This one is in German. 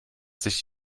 sich